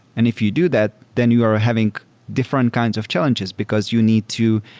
and if you do that, then you are having different kinds of challenges because you need to,